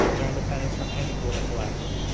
their independence from any political actor,